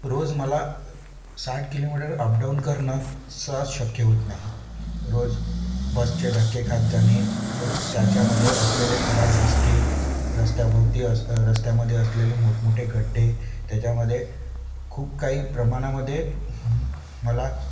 रोज मला साठ kilometre up down करणं सहज शक्य होत नाही रोज बसचे धक्के खात जाणे त्याच्यामध्ये असलेले खराब रस्ते रस्त्याभोवती असं रस्त्यामध्ये असलेले मोठमोठे गड्डे त्याच्यामध्ये खूप काही प्रमाणामध्ये मला